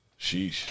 Sheesh